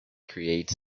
creates